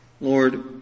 Lord